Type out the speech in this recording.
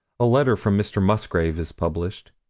a letter from mr. musgrave is published.